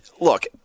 look